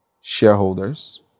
shareholders